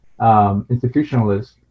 institutionalists